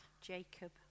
Jacob